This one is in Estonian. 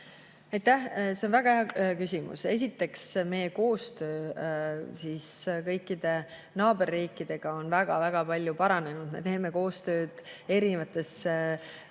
Aitäh! See on väga hea küsimus. Esiteks, meie koostöö kõikide naaberriikidega on väga-väga palju paranenud. Me teeme koostööd erinevates